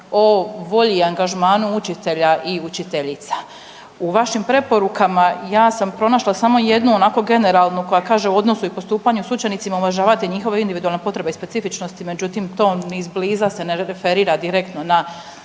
o volji i angažmanu učitelja i učiteljica. U vašim preporukama ja sam pronašla samo jednu onako generalnu koja kaže u odnosu i postupanju s učenicima uvažavati njihove individualne potrebe i specifičnosti. Međutim, to ni iz bliza se ne referira direktno na